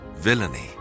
Villainy